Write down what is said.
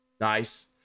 Nice